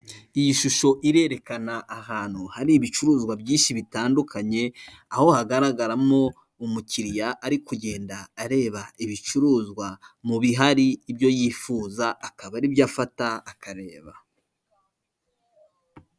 Iyi shusho irerekana ahantu hari ibicuruzwa byinshi bitandukanye, aho hagaragaramo umukiriya ari kugenda areba ibicuruzwa mu bihari ibyo yifuza akaba aribyo afata akareba.